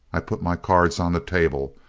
i put my cards on the table.